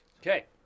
Okay